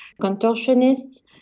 contortionists